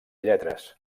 lletres